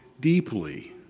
deeply